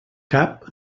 cap